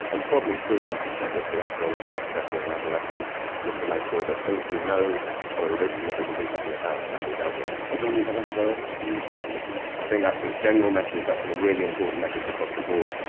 and probably prudent to check your cholesterol and blood pressure in adolescents, just to make sure that things we know are a risk and that we can do something about can be dealt with. and only have antibiotics when you absolutely need them. i think that's a general message, that's a really important message across the board.